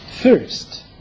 First